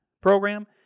program